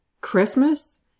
Christmas